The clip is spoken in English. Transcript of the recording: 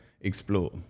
explore